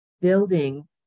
building